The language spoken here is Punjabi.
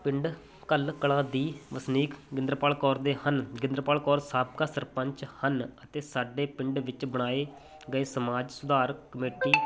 ਪਿੰਡ ਘੱਲ ਕਲਾਂ ਦੀ ਵਸਨੀਕ ਗਿੰਦਰਪਾਲ ਕੌਰ ਦੇ ਹਨ ਗਿੰਦਰਪਾਲ ਕੌਰ ਸਾਬਕਾ ਸਰਪੰਚ ਹਨ ਅਤੇ ਸਾਡੇ ਪਿੰਡ ਵਿੱਚ ਬਣਾਏ ਗਏ ਸਮਾਜ ਸੁਧਾਰ ਕਮੇਟੀ